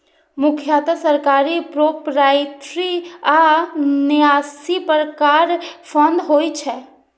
मुख्यतः सरकारी, प्रोपराइटरी आ न्यासी प्रकारक फंड होइ छै